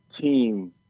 team